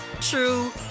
true